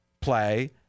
play